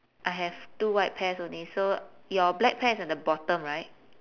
I have two white pairs only so your black pair is on the bottom right